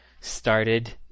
started